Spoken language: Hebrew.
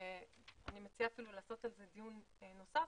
ואני מציעה אפילו לקיים על זה דיון נוסף,